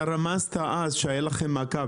אתה רמזת אז שאין לכם מעקב,